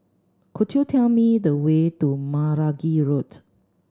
could you tell me the way to Meragi Road